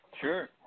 Sure